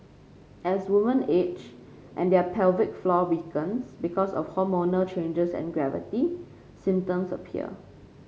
as woman age and their pelvic floor weakens because of hormonal changes and gravity symptoms appear